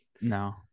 no